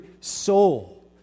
soul